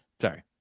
Sorry